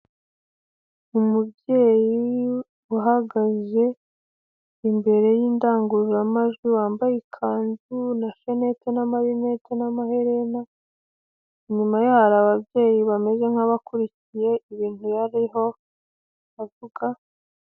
Umubyeyi uhagaze imbere y'indangururamajwi wambaye ikanzu na shanete n'amarinete n'amaherena, inyuma ye hari ababyeyi bameze nk'abakurikiye ibintu bariho bavuga...